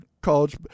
college